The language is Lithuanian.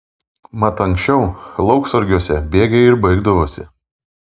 mat anksčiau lauksargiuose bėgiai ir baigdavosi